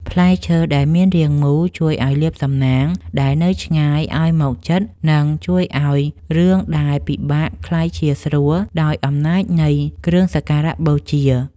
ផ្លែឈើដែលមានរាងមូលជួយឱ្យលាភសំណាងដែលនៅឆ្ងាយឱ្យមកជិត និង ជួយឱ្យរឿងដែលពិបាកក្លាយជាស្រួលដោយអំណាចនៃគ្រឿងសក្ការៈបូជា។